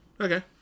Okay